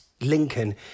Lincoln